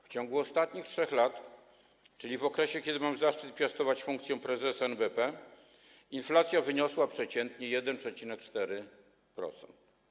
W ciągu ostatnich 3 lat, czyli w okresie, kiedy mam zaszczyt piastować funkcję prezesa NBP, inflacja wyniosła przeciętnie 1,4%.